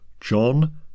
John